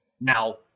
now